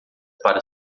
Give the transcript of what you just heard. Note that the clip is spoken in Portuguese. para